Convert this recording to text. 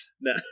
No